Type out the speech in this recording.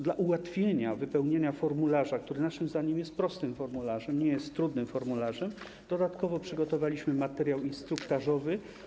Dla ułatwienia wypełnienia formularza, który naszym zdaniem jest prostym formularzem, nie jest trudnym formularzem, dodatkowo przygotowaliśmy materiał instruktażowy.